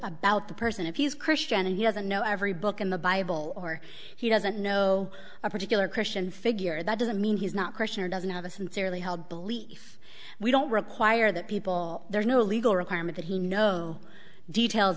about the person if he's christian and he doesn't know every book in the bible or he doesn't know a particular christian figure that doesn't mean he's not christian or doesn't have a sincerely held belief we don't require that people there's no legal requirement that he know details